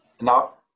Now